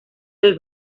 del